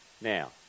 now